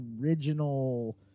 original